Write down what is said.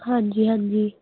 ਹਾਂਜੀ ਹਾਂਜੀ